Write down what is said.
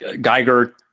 geiger